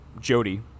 Jody